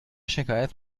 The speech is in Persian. شکایت